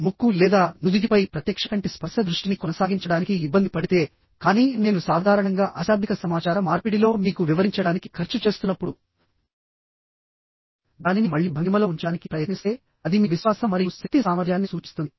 ముక్కు లేదా నుదిటిపై ప్రత్యక్ష కంటి స్పర్శ దృష్టిని కొనసాగించడానికి ఇబ్బంది పడితే కానీ నేను సాధారణంగా అశాబ్దిక సమాచార మార్పిడిలో మీకు వివరించడానికి ఖర్చు చేస్తున్నప్పుడు దానిని మళ్ళీ భంగిమలో ఉంచడానికి ప్రయత్నిస్తే అది మీ విశ్వాసం మరియు శక్తి సామర్థ్యాన్ని సూచిస్తుంది